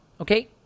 Okay